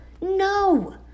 no